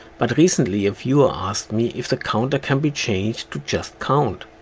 but recently a viewer asked me if the counter can be changed to just count.